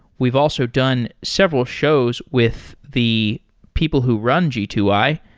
we've also done several shows with the people who run g two i,